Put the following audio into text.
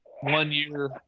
one-year